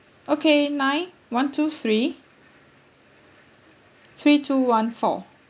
okay nine one two three three two one four